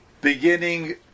beginning